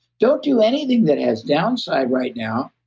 don't do anything that has downside right now.